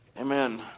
Amen